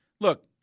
Look